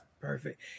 Perfect